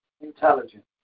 intelligence